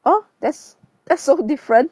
oh that's that's so different